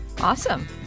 Awesome